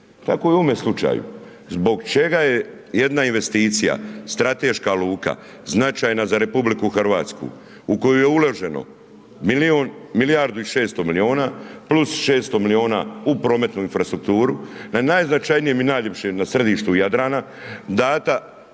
Tako je i u ovome slučaju, zbog čega je jedna investicija, strateška luka, značajna za RH u koju je uloženo milijardu i 600 milijuna + 600 milijuna u prometnu infrastrukturu na najznačajnijem i najljepšem, na središtu Jadrana data